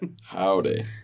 Howdy